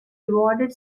rewarded